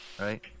right